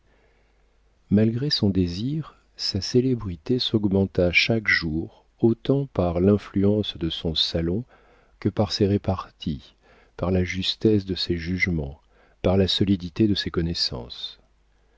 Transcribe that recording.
malgré son désir sa célébrité s'augmenta chaque jour autant par l'influence de son salon que par ses reparties par la justesse de ses jugements par la solidité de ses connaissances